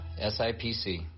SIPC